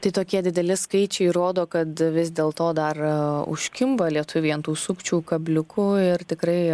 tai tokie dideli skaičiai rodo kad vis dėl to dar užkimba lietuviai ant tų sukčių kabliukų ir tikrai